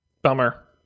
Bummer